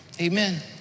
Amen